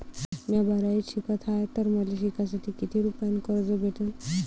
म्या बारावीत शिकत हाय तर मले शिकासाठी किती रुपयान कर्ज भेटन?